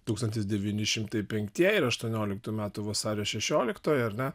tūkstantis devyni šimtai penktieji ir aštuonioliktų metų vasario šešioliktoji ar ne